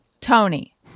Tony